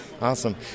Awesome